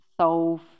solve